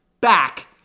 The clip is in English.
back